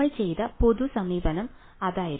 നമ്മൾ ചെയ്ത പൊതു സമീപനം അതായിരുന്നു